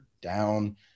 down